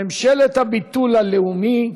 ממשלת הביטול הלאומי,